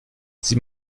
sie